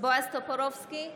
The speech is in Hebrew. בועז טופורובסקי,